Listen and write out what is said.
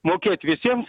mokėt visiems